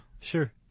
Sure